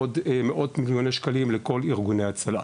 עוד מאות מיליוני שקלים לכל ארגוני ההצלה.